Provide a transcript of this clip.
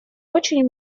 очень